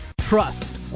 trust